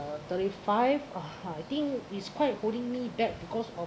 thirty five (uh huh) I think is quite holding me back because of